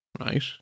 right